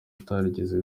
utarigeze